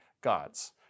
God's